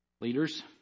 leaders